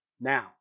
Now